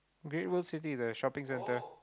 Great World City the shopping centre